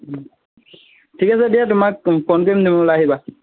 ঠিক আছে দিয়া তোমাক তুমি ওলাই আহিবা